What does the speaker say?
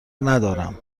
ندارم